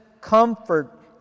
comfort